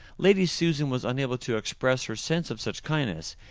lady susan was unable to express her sense of such kindness,